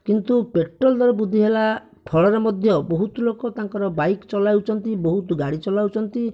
କିନ୍ତୁ ପେଟ୍ରୋଲ ଦର ବୃଦ୍ଧି ହେଲା ଫଳରେ ମଧ୍ୟ ବହୁତ ଲୋକ ତାଙ୍କର ବାଇକ ଚଲାଉଛନ୍ତି ବହୁତ ଗାଡ଼ି ଚଲାଉଛନ୍ତି